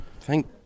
Thank